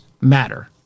matter